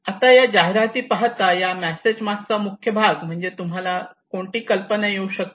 आता या जाहिराती पाहता या मेसेज मागचा मुख्य भाग म्हणजे तुम्हाला कोणती कल्पना येऊ शकते